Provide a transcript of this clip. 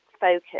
focus